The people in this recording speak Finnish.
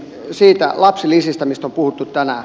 lapsilisät joista on puhuttu tänään